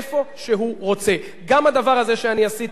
גם הדבר הזה שאני עשיתי הוא על-פי תקנון הכנסת,